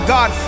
God